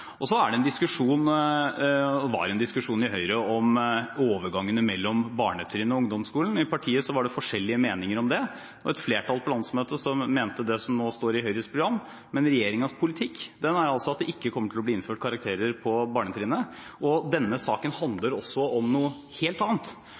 Så er – og var – det en diskusjon i Høyre om overgangen mellom barnetrinnet og ungdomsskolen, og i partiet var det forskjellige meninger om det. Et flertall på landsmøtet mente det som nå står i Høyres program, men regjeringens politikk er altså at det ikke kommer til å bli innført karakterer på barnetrinnet. Denne saken